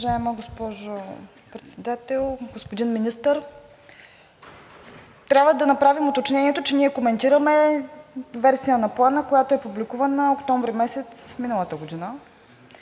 Уважаема госпожо Председател, господин Министър! Трябва да направим уточнението, че ние коментираме версия на Плана, публикувана октомври месец миналата година